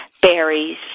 berries